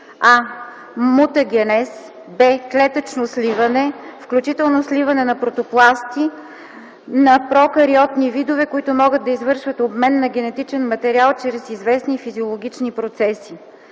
а) мутагенез; б) клетъчно сливане (включително сливане на протопласти) на прокариотни видове, които могат да извършват обмен на генетичен материал чрез известни физиологични процеси;